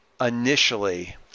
initially